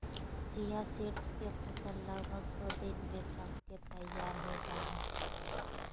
chia seeds के फसल लगभग सो दिन में पक के तैयार हो जाय हइ